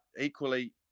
equally